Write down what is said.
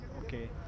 Okay